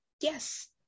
Yes